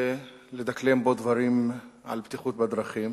לדקלם בו דברים על בטיחות בדרכים,